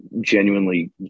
genuinely